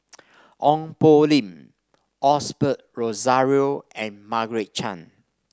Ong Poh Lim Osbert Rozario and Margaret Chan